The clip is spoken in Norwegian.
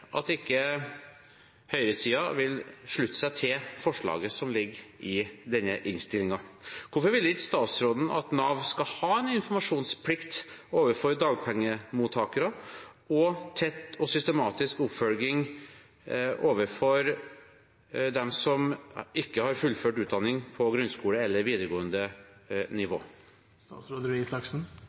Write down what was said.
at høyresiden ikke vil slutte seg til forslaget som ligger i denne innstillingen. Hvorfor vil ikke statsråden at Nav skal ha en informasjonsplikt overfor dagpengemottakere og tett og systematisk oppfølging overfor dem som ikke har fullført utdanning på grunnskole- eller videregående